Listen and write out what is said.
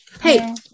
Hey